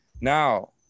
Now